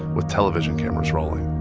with television cameras rolling